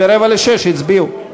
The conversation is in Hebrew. ב-17:45 הצביעו.